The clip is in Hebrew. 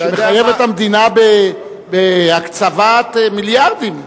שמחייב את המדינה בהקצבת מיליארדים.